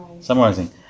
Summarizing